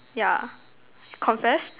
yeah confess